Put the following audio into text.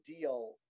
deal